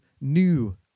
new